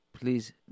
please